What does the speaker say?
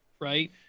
right